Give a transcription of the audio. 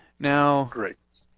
now. great.